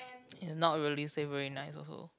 is not really say very nice also